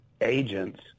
agents